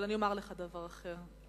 אבל אני אומר לך דבר אחר,